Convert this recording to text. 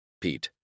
Pete